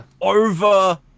Over